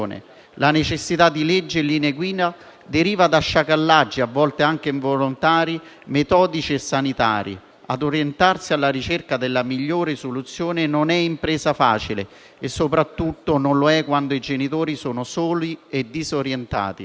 la necessità di leggi e linee guida deriva da sciacallaggi, a volte anche involontari, metodici e sanitari. Orientarsi alla ricerca della migliore soluzione non è impresa facile e soprattutto non lo è quando i genitori sono soli e disorientati.